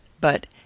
But